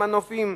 ומנופים,